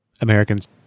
Americans